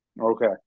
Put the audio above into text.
Okay